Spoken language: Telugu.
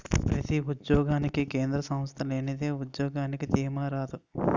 ప్రతి ఉద్యోగానికి కేంద్ర సంస్థ లేనిదే ఉద్యోగానికి దీమా రాదు